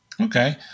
Okay